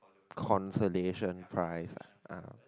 consolation prize ah